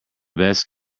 best